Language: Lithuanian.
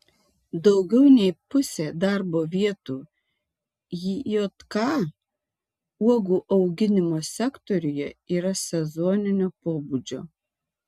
daugiau nei pusė darbo vietų jk uogų auginimo sektoriuje yra sezoninio pobūdžio